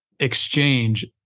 exchange